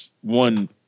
one